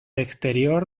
exterior